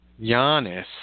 Giannis